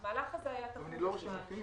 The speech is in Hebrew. למהלך הזה היה תוקף מוגבל,